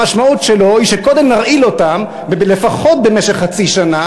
המשמעות שלו היא שקודם נרעיל אותם לפחות במשך חצי שנה